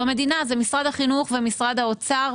זה משרד החינוך ומשרד האוצר,